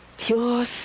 Pure